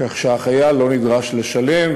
כך שהחייל לא נדרש לשלם,